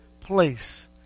place